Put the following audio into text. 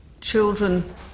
children